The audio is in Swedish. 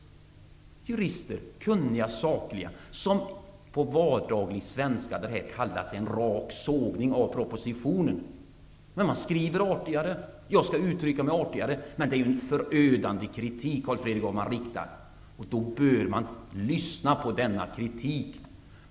Det är kunniga och sakliga jurister. Detta kallas på vardaglig svenska en rak sågning av propositionen. Men de skriver artigare, och jag skall uttrycka mig artigare. Det är en förödande kritik som de har riktat, Carl Fredrik Graf, och då bör man lyssna på denna kritik.